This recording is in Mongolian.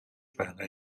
байгаа